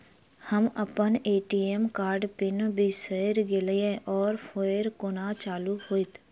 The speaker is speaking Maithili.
हम अप्पन ए.टी.एम कार्डक पिन बिसैर गेलियै ओ फेर कोना चालु होइत?